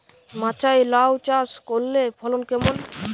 মাচায় লাউ চাষ করলে ফলন কেমন?